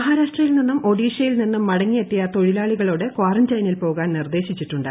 മഹാരാഷ്ട്രയിൽ നിന്നും ഒഡീഷയിൽ നിന്നും മടങ്ങി എത്തിയ തൊഴിലാളികളോട് ക്വാറന്റയിനിൽ പോകാൻ നിർദ്ദേശിച്ചിട്ടുണ്ട്